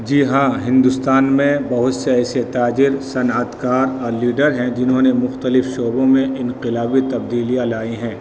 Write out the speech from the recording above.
جی ہاں ہندوستان میں بہت سے ایسے تاجر صنعت کار اور لیڈر ہیں جنہوں نے مختلف شعبوں میں انقلابی تبدیلیاں لائی ہیں